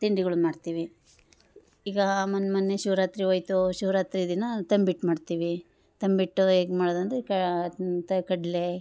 ತಿಂಡಿಗುಳುನ್ ಮಾಡ್ತೀವಿ ಈಗ ಮೊನ್ಮೊನ್ನೆ ಶಿವರಾತ್ರಿ ಹೋಯಿತು ಶಿವರಾತ್ರಿ ದಿನ ತಂಬಿಟ್ಟು ಮಾಡ್ತೀವಿ ತಂಬಿಟ್ಟು ಹೇಗೆ ಮಾಡೋದಂದರೆ ಕ ಅಂತ ಕಡಲೆ